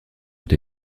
ont